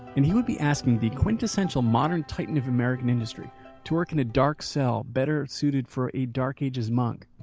and he would be asking the quintessential modern titan of american industry to work in a dark cell better suited for a dark ages monk.